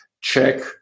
check